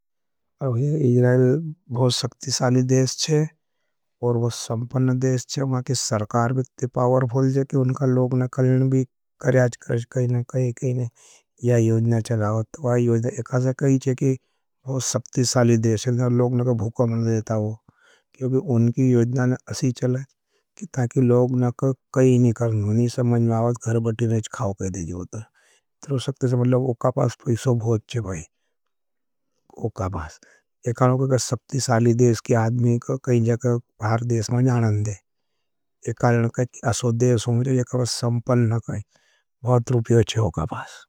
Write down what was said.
इजरेल बहुत सक्ति साली देश चे। और बहुत संपन देश चे, मांके सरकार भी ती पावरफॉल चे। कि उनका लोगना करने भी करयाज करेज, कहीना कहीने या योजना चलाओत। वाही योजना एक हासा कही चे, कि बहुत सक्ति साली देश चे, लोगना को भुका मन देता। वो, क्योंकि उनकी योजनाने असी चलाओत, कि ताकि लोगना कर, कहीनी कर, नहीं समझवावत। घर बढ़ीने चे खाओ कहे देजी वो तर, तर उसक्ति साली देश की आदमी को कही जाकर भार देश में जानन दे। एकारण कही, असो देश होंगे जाकर बस संपल नहीं कही, बहुत रूपी अच्छे होगा बास।